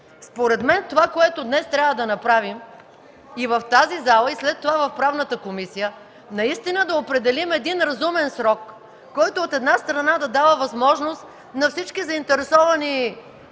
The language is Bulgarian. Според мен това, което днес трябва да направим в залата и след това в Правната комисия, е наистина да определим разумен срок, който, от една страна, да дава възможност на всички заинтересовани